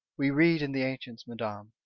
we read in the ancients, madam,